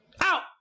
Out